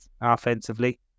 offensively